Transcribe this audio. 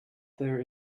there